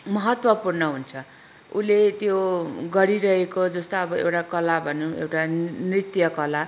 महत्त्वपूर्ण हुन्छ उसले त्यो गरिरहेको जस्तो अब एउटा कला भनौँ एउटा नृत्यकला